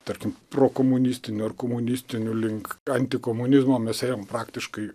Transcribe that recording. tarkim prokomunistinių ar komunistinių link antikomunizmo mes ėjom praktiškai